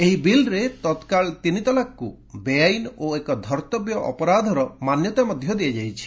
ଏହି ବିଲ୍ରେ ତତକାଳ ତିନି ତଲାକ୍କୁ ବେଆଇନ୍ ଓ ଏକ ଧର୍ତ୍ତବ୍ୟ ଅପରାଧର ମାନ୍ୟତା ଦିଆଯାଇଛି